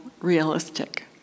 realistic